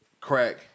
crack